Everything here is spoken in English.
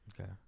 Okay